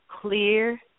clear